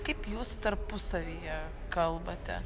kaip jūs tarpusavyje kalbate